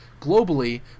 globally